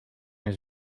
his